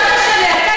זה שקר, זה שקר.